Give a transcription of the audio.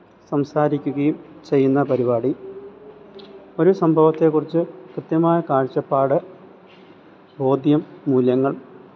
സംസാരിക്കുകയും ചെയ്യുന്ന പരിപാടി ഒരു സംഭവത്തെക്കുറിച്ച് കൃത്യമായ കാഴ്ചപ്പാട് ബോധ്യം മൂല്യങ്ങള്